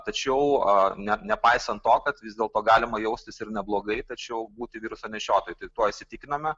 tačiau ne nepaisant to kad vis dėlto galima jaustis ir neblogai tačiau būti viruso nešiotojai tai tuo įsitikinome